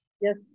Yes